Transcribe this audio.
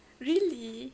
really